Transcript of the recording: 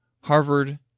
Harvard